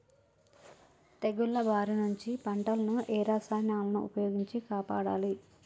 తెగుళ్ల బారి నుంచి పంటలను ఏ రసాయనాలను ఉపయోగించి కాపాడాలి?